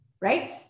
right